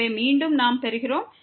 எனவே மீண்டும் நாம் பெறுகிறோம்